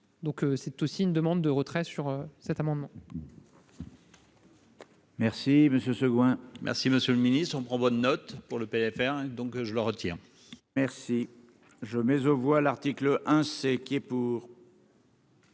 donc c'est aussi une demande de retrait sur cet amendement. Merci, monsieur Seguin, merci Monsieur le Ministre on prend bonne note pour le PLFR donc je le retire, merci je mais aux voix l'article, hein, c'est qui est pour.